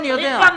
צריך גם